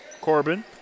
Corbin